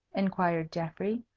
inquired geoffrey.